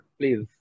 Please